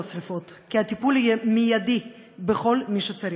השרפות כי הטיפול יהיה מידי בכל מי שצריך.